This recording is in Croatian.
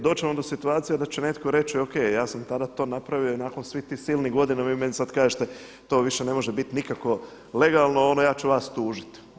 Doći će onda u situaciju da će netko reći ok ja sam tada to napravio i nakon svih tih silnih godina vi meni sad kažete to više ne može biti nikako legalno, ja ću vas tužiti.